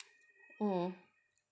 mm